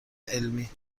علمی